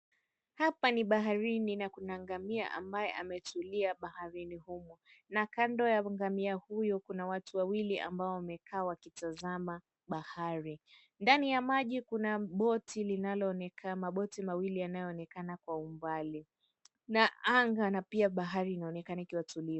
Hapa ni baharini na kuna ngamia ambaye ametulia baharini humo na kando ya ngamia huyo kuna watu wawili ambao wamekaa wakitazama bahari. Ndani ya maji kuna boti linaloonekana, maboti mawili yanayoonekana kwa umbali na anga na pia bahari inaonekana ikiwa tulivu.